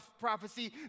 prophecy